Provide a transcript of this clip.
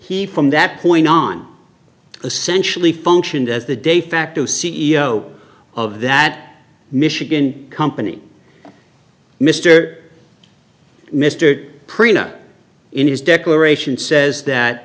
he from that point on essentially functioned as the de facto c e o of that michigan company mr mr prima in his declaration says that